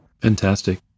Fantastic